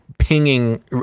pinging